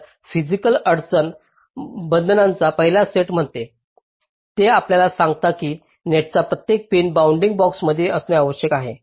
तर फिसिकल अडचण बंधनांचा पहिला सेट म्हणते ते आपल्याला सांगतात की नेटचा प्रत्येक पिन बाउंडिंग बॉक्समध्ये असणे आवश्यक आहे